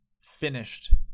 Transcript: finished